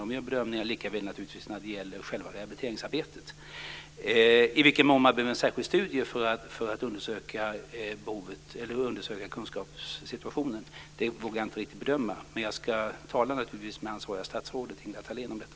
De gör naturligtvis bedömningar likaväl när det gäller själva rehabiliteringsarbetet. I vilken mån man behöver en särskild studie för att undersöka kunskapssituationen vågar jag inte riktigt bedöma, men jag ska naturligtvis tala med det ansvariga statsrådet, Ingela Thalén, om detta.